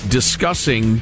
discussing